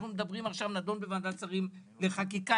מדברים עכשיו נדון בוועדת שרים לחקיקה,